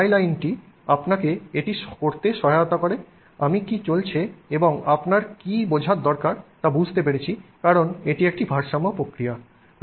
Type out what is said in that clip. এবং এই টাই লাইনটি আপনাকে এটি করতে সহায়তা করে আমি কী চলছে এবং আপনার কী বোঝার দরকার তা বুঝতে পেরেছি কারণ এটি একটি ভারসাম্য প্রক্রিয়া